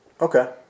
Okay